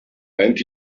and